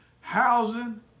Housing